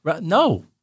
No